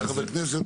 אתה חבר כנסת,